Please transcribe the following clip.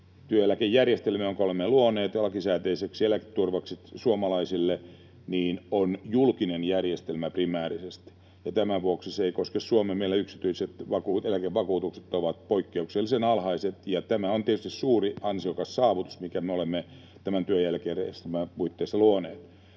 työeläkejärjestelmä, jonka me olemme luoneet lakisääteiseksi eläketurvaksi suomalaisille, on julkinen järjestelmä primäärisesti. Tämän vuoksi se ei koske Suomea. Meillä yksityiset eläkevakuutukset ovat poikkeuksellisen alhaiset, ja tämä on tietysti suuri, ansiokas saavutus, minkä me olemme työeläkejärjestelmän puitteissa luoneet.